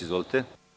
Izvolite.